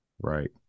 Right